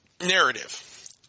narrative